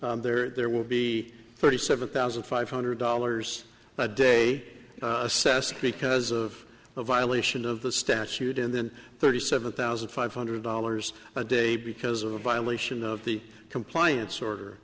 know there will be thirty seven thousand five hundred dollars a day assessed because of the violation of the statute and then thirty seven thousand five hundred dollars a day because of a violation of the compliance order